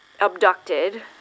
abducted